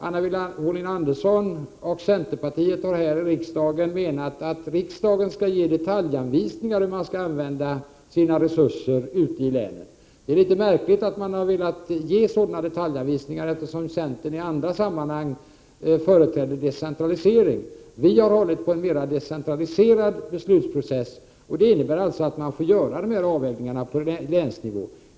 Anna Wohlin-Andersson och centerpartiet har här menat att riksdagen skall ge detaljanvisningar för hur resurserna skall 33 användas ute i länen. Jag tycker det är litet märkligt att centern har velat ge sådana detaljanvisningar, eftersom centern i andra sammanhang företräder decentralisering. Vi för vår del har hållit på att en mera decentraliserad beslutsprocess skall tillämpas, och det innebär att de här avvägningarna får göras på länsnivå.